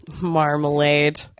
marmalade